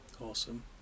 Awesome